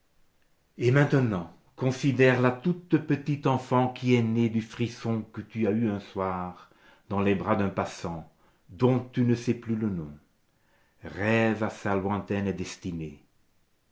et maintenant considère la toute petite enfant qui est née du frisson que tu as eu un soir dans les bras d'un passant dont tu ne sais plus le nom rêve à sa lointaine destinée